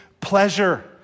pleasure